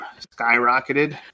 skyrocketed